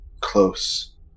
close